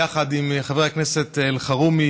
יחד עם חבר הכנסת אלחרומי